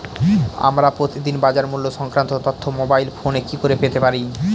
আমরা প্রতিদিন বাজার মূল্য সংক্রান্ত তথ্য মোবাইল ফোনে কি করে পেতে পারি?